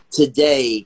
today